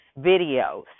videos